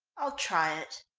i'll try it.